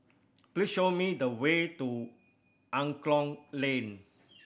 please show me the way to Angklong Lane